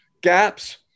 gaps